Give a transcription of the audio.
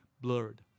blurred